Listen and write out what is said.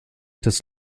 das